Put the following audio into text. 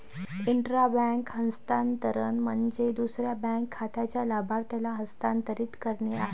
intra bank हस्तांतरण म्हणजे दुसऱ्या बँक खात्याच्या लाभार्थ्याला हस्तांतरित करणे आहे